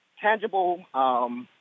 tangible –